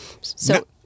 So-